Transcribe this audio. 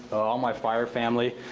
all my fire family,